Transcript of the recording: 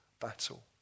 battle